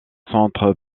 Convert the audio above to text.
centre